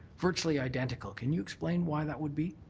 virtually identical. can you explain why that would be?